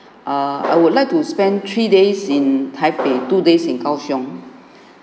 err I would like to spend three days in taipei two days in kao siong